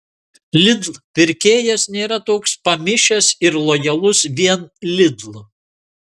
lidl pirkėjas nėra toks pamišęs ir lojalus vien lidl